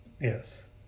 Yes